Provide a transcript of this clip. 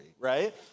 right